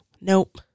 nope